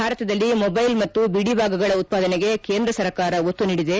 ಭಾರತದಲ್ಲಿ ಮೊಬೈಲ್ ಮತ್ತು ಬಿಡಿ ಭಾಗಗಳ ಉತ್ಪಾದನೆಗೆ ಕೇಂದ್ರ ಸರ್ಕಾರ ಒತ್ತು ನೀಡಿದೆ